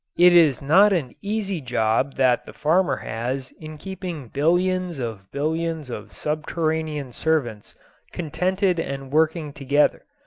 it is not an easy job that the farmer has in keeping billions of billions of subterranean servants contented and working together,